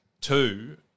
Two